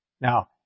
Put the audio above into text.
Now